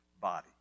body